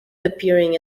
appearing